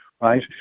right